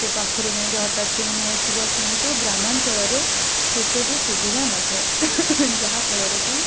ସେ ପାଖରୁ ଯାଇକି ହଠାତ୍ କିଣି ନେଇଆସିବ କିନ୍ତୁ ଗ୍ରାମାଞ୍ଚଳରେ ସେସବୁ ସୁବିଧା ନଥାଏ ଯାହାଫଳରେ କି